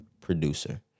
producer